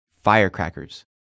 firecrackers